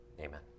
Amen